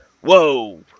whoa